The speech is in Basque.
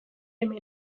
hemen